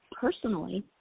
personally